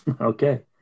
Okay